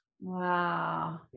Wow